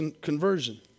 conversion